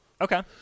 Okay